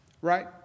Right